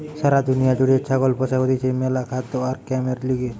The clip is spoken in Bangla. সারা দুনিয়া জুড়ে ছাগল পোষা হতিছে ম্যালা খাদ্য আর কামের লিগে